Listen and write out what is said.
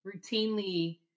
routinely